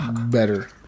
Better